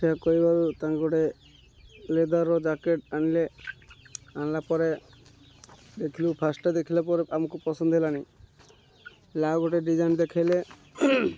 ସେ କହିବାରୁ ତାଙ୍କୁ ଗୋଟେ ଲେଦର୍ର୍ ଜ୍ୟାକେଟ୍ ଆଣିଲେ ଆଣିଲା ପରେ ଦେଖିଲୁ ଫାଷ୍ଟ୍ଟା ଦେଖିଲା ପରେ ଆମକୁ ପସନ୍ଦ ହେଲାଣି ହେଲା ଗୋଟେ ଡିଜାଇନ୍ ଦେଖେଇଲେ